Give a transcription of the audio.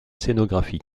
scénographie